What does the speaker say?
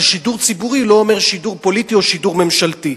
אבל שידור ציבורי לא אומר שידור פוליטי או שידור ממשלתי.